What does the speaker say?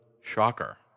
Shocker